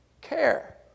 care